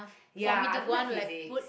ya I don't like physics